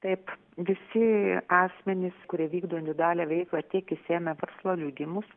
taip visi asmenys kurie vykdo individualią veiklą tiek išsiėmę verslo liudijimus